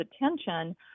attention